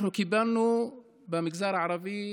קיבלנו במגזר הערבי